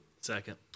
Second